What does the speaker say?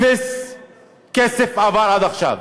אפס כסף עבר עד עכשיו.